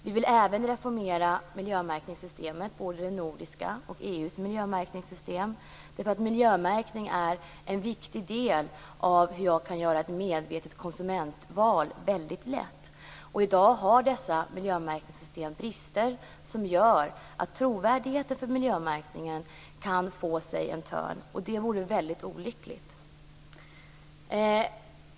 Vi vill även reformera miljömärkningssystemet, både det nordiska och EU:s miljömärkningssystem, därför att miljömärkning är en viktig del i att underlätta ett medvetet konsumentval. I dag har dessa miljömärkningssystem brister som gör att trovärdigheten för miljömärkningen kan få sig en törn, och det vore väldigt olyckligt.